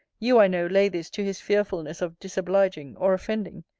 you, i know, lay this to his fearfulness of disobliging or offending.